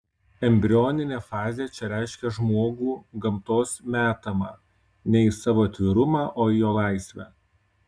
embrioninė fazė čia reiškia žmogų gamtos metamą ne į savo atvirumą o į jo laisvę